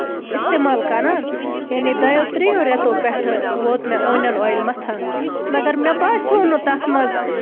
اِستعمال کران یعنی دوٚیو تریو رٮ۪تو پٮ۪ٹھٕ ووت مےٚ اونیَن اویِل مَتھان مَگر مےٚ باسیو نہٕ تَتھ منٛز